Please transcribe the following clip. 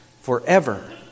forever